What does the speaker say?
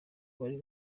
wari